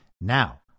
Now